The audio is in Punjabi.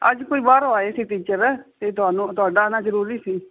ਅੱਜ ਕੋਈ ਬਾਹਰੋਂ ਆਏ ਸੀ ਟੀਚਰ ਅਤੇ ਤੁਹਾਨੂੰ ਤੁਹਾਡਾ ਆਉਣਾ ਜ਼ਰੂਰੀ ਸੀ